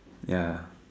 ya